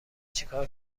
چیکار